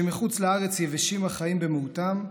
שמחוץ לארץ יבשים החיים במהותם,